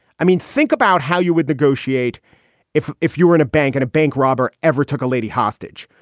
i mean, think about how you would negotiate if if you were in a bank and a bank robber ever took a lady hostage.